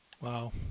Wow